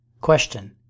Question